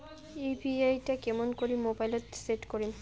UPI টা কেমন করি মোবাইলত সেট করিম?